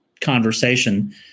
conversation